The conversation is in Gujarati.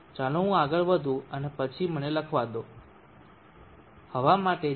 ચાલો હું આગળ વધું અને પછી મને લખવા દો હવા માટે 0